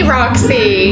Roxy